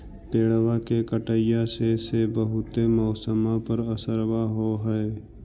पेड़बा के कटईया से से बहुते मौसमा पर असरबा हो है?